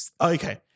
Okay